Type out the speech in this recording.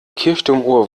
kirchturmuhr